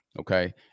Okay